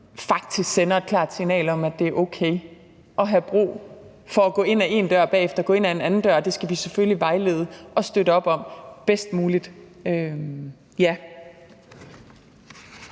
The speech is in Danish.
som faktisk også har sendt et klart signal om, at det er okay at have brug for at gå ind ad én dør og bagefter gå ind ad en anden dør, og det skal vi selvfølgelig vejlede og støtte op om bedst muligt.